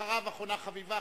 אחריו, אחרונה חביבה,